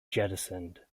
jettisoned